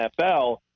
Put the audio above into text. NFL